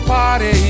party